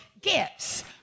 gifts